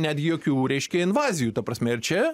net jokių reiškia invazijų ta prasme ir čia